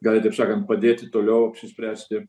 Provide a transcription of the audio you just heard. gali ir taip sakant padėti toliau apsispręsti